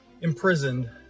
imprisoned